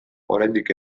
oraindik